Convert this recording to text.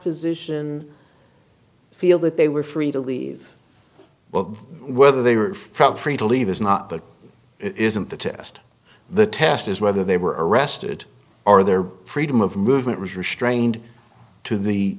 position feel that they were free to leave but whether they were felt free to leave is not that isn't the test the test is whether they were arrested or their freedom of movement was restrained to the